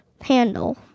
handle